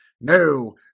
no